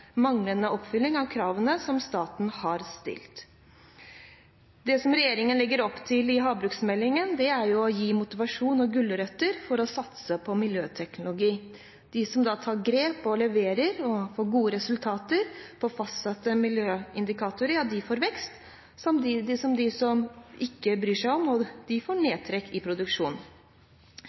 manglende oppfylling av kravene som staten har stilt. Det som regjeringen legger opp til i havbruksmeldingen, er å gi motivasjon og gulrøtter for å satse på miljøteknologi. De som tar grep og leverer gode resultater på fastsatte miljøindikatorer, får vekst. Samtidig vil de som ikke bryr seg, få nedtrekk i produksjonen. Miljøpartiet De